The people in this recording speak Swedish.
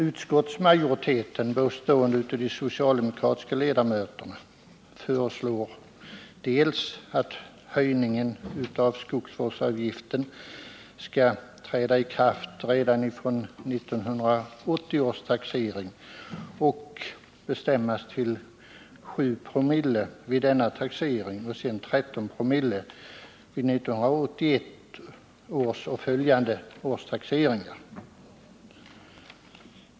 Utskottsmajoriteten bestående av de socialdemokratiska ledamöterna föreslår att höjningen av skogsvårdsavgiften skall träda i kraft redan från 1980 års taxering och bestämmas till 7 ? oo vid 1981 års och följande års taxeringar.